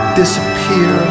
disappear